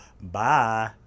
Bye